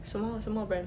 什么什么 brand